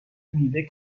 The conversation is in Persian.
میوه